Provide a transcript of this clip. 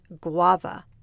guava